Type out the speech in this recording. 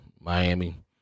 Miami